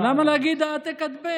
אבל למה להגיד העתק-הדבק?